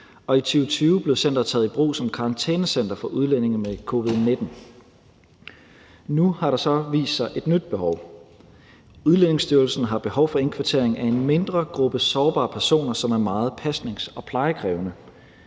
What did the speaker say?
og i 2020 blev centeret taget i brug som karantænecenter for udlændinge med covid-19. Nu har der så vist sig et nyt behov. Udlændingestyrelsen har behov for indkvartering af en mindre gruppe sårbare personer, som er meget pasnings- og plejekrævende.